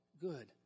good